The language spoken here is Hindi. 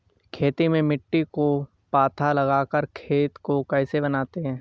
खेती में मिट्टी को पाथा लगाकर खेत को बनाते हैं?